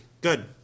Good